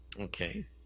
Okay